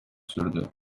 sürdü